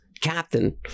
captain